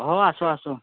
অ আছোঁ আছোঁ